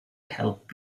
help